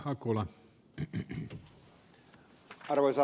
arvoisa herra puhemies